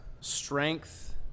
strength